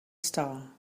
star